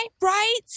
Right